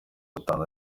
atanu